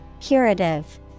Curative